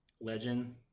Legend